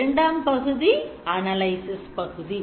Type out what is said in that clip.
இரண்டாம் பகுதி analysis பகுதி